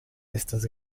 estas